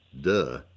Duh